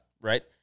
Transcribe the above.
right